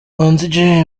manzi